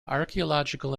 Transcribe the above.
archeological